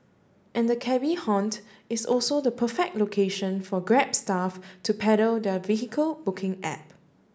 and the cabby haunt is also the perfect location for Grab staff to peddle their vehicle booking app